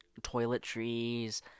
toiletries